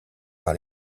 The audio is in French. par